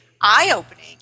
eye-opening